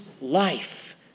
life